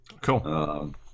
Cool